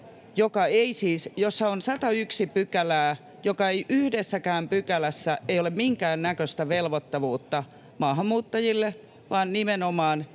on 101 pykälää, joista yhdessäkään ei ole minkäännäköistä velvoittavuutta maahanmuuttajille, vaan nimenomaan